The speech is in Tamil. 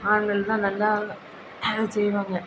ஆண்கள்னா நல்லா செய்வாங்க